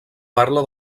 parla